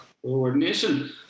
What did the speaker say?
coordination